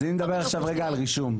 אז אני מדבר עכשיו רגע על רישום.